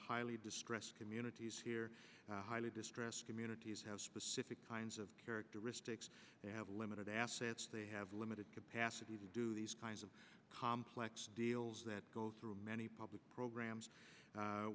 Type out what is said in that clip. highly distressed communities highly distressed communities have specific kinds of characteristics they have limited assets they have limited capacity to do these kinds of complex deals that go through many public programs